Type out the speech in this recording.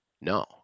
no